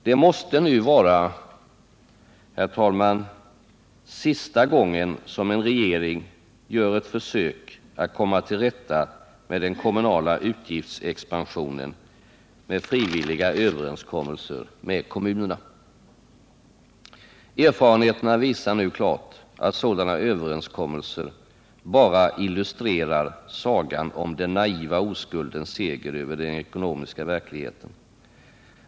Det måste nu, herr talman, vara sista gången som en regering gör ett försök att komma till rätta med den kommunla utgiftsexpansionen genom frivilliga överenskommelser med kommunerna. Erfarenheterna visar klart att sådana överenskommelser bara illustrerar sagan om den naiva oskuldens seger över den ekonomiska verkligheten.